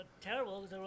Terrible